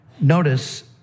notice